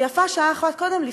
ויפה שעה אחת קודם,